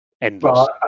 endless